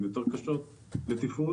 הן יותר קשות לתפעול.